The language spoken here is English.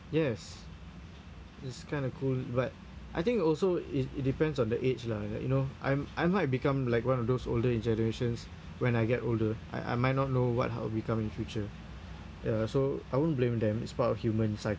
yes it's kind of cool but I think also it it depends on the age lah like you know I'm I might become like one of those older generations when I get older I I might not know what I'll become in future ya so I won't blame them it's part of human cycle